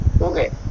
Okay